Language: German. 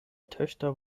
töchter